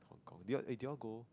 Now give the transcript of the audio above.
do you eighty one go